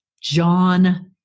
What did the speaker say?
John